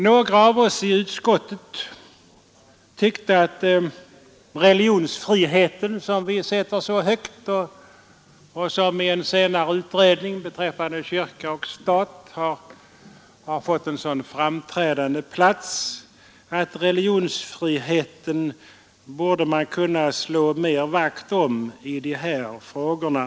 Några av oss i utskottet tyckte att religionsfriheten, som vi sätter så högt och som i en senare utredning — beträffande kyrka och stat — har fått en sådan framträdande plats, den borde man kunna slå mera vakt om i de här frågorna.